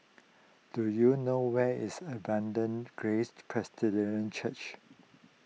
do you know where is Abundant Grace Presbyterian Church